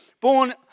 born